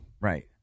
Right